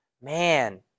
man